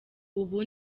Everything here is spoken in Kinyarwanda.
ubu